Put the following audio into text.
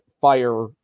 fire